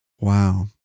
Wow